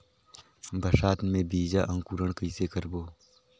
बरसात मे बीजा अंकुरण कइसे करबो?